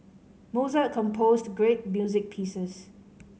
Mozart composed great music pieces